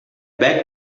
back